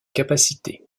capacité